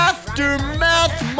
Aftermath